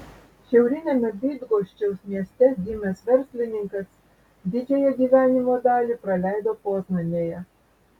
šiauriniame bydgoščiaus mieste gimęs verslininkas didžiąją gyvenimo dalį praleido poznanėje